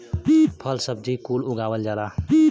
फल सब्जी कुल उगावल जाला